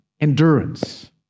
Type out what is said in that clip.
endurance